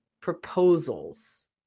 proposals